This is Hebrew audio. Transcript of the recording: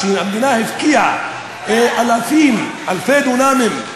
על שהמדינה הפקיעה אלפי דונמים,